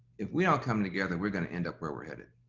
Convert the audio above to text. if we don't come together, we're gonna end up where we're headed